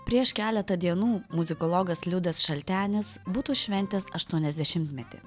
prieš keletą dienų muzikologas liudas šaltenis būtų šventęs aštuoniasdešimtmetį